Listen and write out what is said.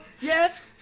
Yes